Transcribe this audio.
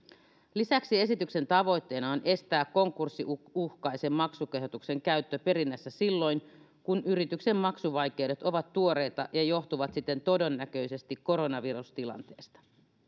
lisäksi esityksen tavoitteena on estää konkurssiuhkaisen maksukehotuksen käyttö perinnässä silloin kun yrityksen maksuvaikeudet ovat tuoreita ja johtuvat siten todennäköisesti koronavirustilanteesta